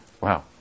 Wow